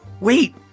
Wait